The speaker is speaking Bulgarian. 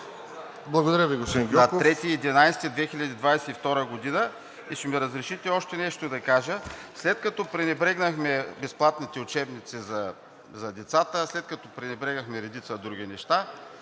Благодаря Ви, господин Гьоков.